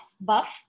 buff